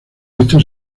esto